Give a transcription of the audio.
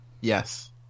Yes